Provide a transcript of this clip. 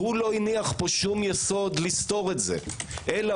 הוא לא הניח פה שום יסוד לסתור את זה אלא